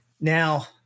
Now